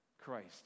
Christ